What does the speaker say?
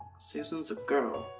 susan's a girl.